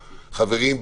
חברים,